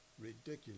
ridiculous